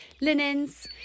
linens